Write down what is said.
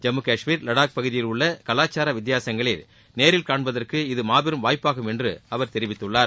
ஜம்மு னஷ்மீர் லடாக் பகுதிகளில் உள்ள கலாசச்சார வித்தியாசுங்களை நேரில் னண்பதற்கு இது மாபெரும் வாய்ப்பாகும் என்று அவர் தெரிவித்துள்ளார்